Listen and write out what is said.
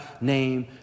name